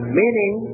meaning